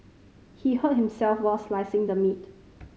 he hurt himself while slicing the meat